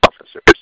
officers